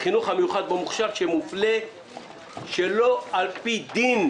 על החינוך המיוחד במוכש"ר שמופלה לא על פי דין.